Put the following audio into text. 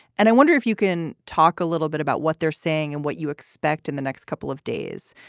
and i wonder if you can talk a little bit about what they're saying and what you expect in the next couple of days.